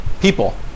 people